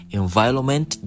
environment